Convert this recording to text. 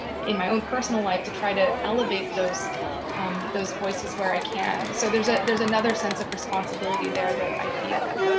in my own personal life, try to elevate those those voices where i can. so there's ah there's another sense of responsibility there that i feel?